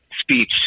speech